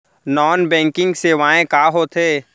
non banking सेवाएं का होथे